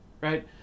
right